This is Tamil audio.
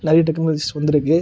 நிறைய டெக்னாலஜிஸ் வந்துருக்கு